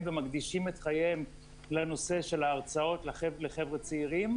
ומקדישים את חייהם לנושא של ההרצאות לחבר'ה צעירים,